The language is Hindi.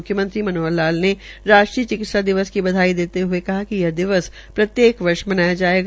म्ख्यमंत्री मनोहर लाल ने राष्ट्रीय चिकित्सा दिवस की बधाई देते हए कहा कि यह दिवस प्रत्येक वर्ष मनाया जाएगा